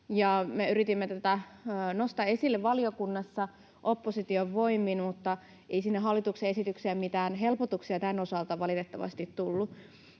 me yritimme tätä nostaa esille valiokunnassa opposition voimin, mutta ei sinne hallituksen esitykseen mitään helpotuksia tämän osalta